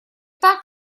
так